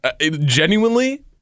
Genuinely